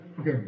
Okay